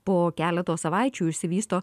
po keleto savaičių išsivysto